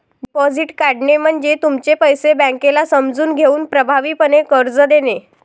deposit काढणे म्हणजे तुमचे पैसे बँकेला समजून घेऊन प्रभावीपणे कर्ज देणे